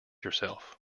yourself